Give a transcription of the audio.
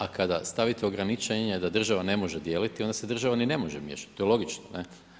A kada stavite ograničenje da država ne može dijeliti, onda se država ni ne može miješati, to je logično, ne.